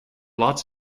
lots